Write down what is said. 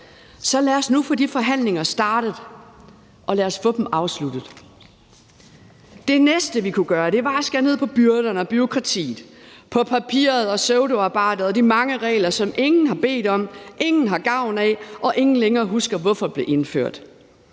Så lad os nu få de forhandlinger startet, og lad os få dem afsluttet. Det næste, vi kunne gøre, var at skære ned på byrderne og bureaukratiet, på papiret og pseudoarbejdet og de mange regler, som ingen har bedt om, ingen har gavn af, og som ingen længere husker hvorfor blev indført.